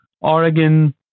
Oregon